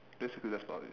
basically that's about it